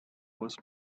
was